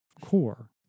core